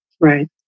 right